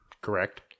Correct